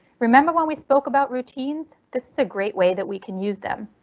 remember when we spoke about routines? this is a great way that we can use them.